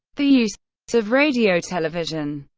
the use of radio, television,